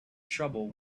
trouble